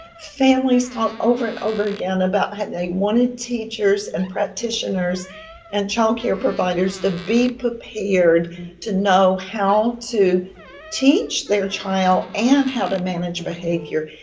families talk over and over again about how they wanted teachers and practitioners and childcare providers to be prepared to know how to teach their child and how to manage behavior.